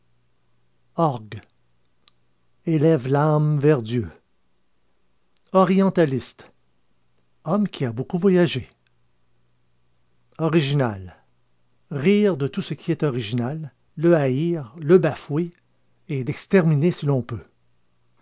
orgue elève l'âme vers dieu orientaliste homme qui a beaucoup voyagé original rire de tout ce qui est original le haïr le bafouer et l'exterminer si l'on peut